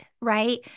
right